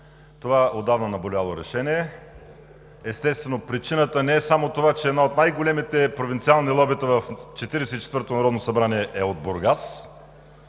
това отдавна наболяло решение. Естествено, причината не е само това, че едно от най-големите провинциални лобита в Четиридесет и четвърто народно събрание е от Бургас,